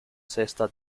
sesta